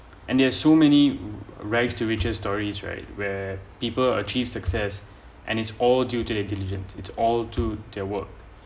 and there are so many rise to riches stories right where people achieve success and it's all due to the diligent it's all to their work